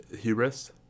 Hubris